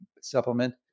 supplement